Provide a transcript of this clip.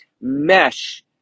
mesh